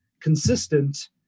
consistent